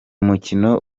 mukino